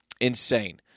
insane